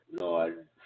Lord